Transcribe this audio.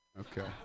Okay